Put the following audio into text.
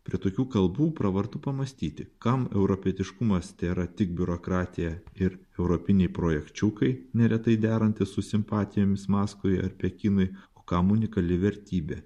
prie tokių kalbų pravartu pamąstyti kam europietiškumas tėra tik biurokratija ir europiniai projekčiukai neretai deranti su simpatijomis maskvai ar pekinui o kam unikali vertybė